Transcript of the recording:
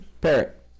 Parrot